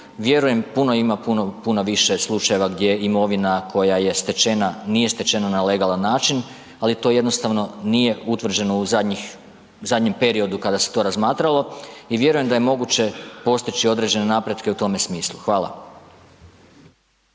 vjerujem puno ima, puno više slučajeva gdje imovina koja je stečena, nije stečena na legalan način, ali to jednostavno nije utvrđeno u zadnjem periodu kada se to razmatralo i vjerujem da je moguće postići određene napretke u tome smislu. Hvala.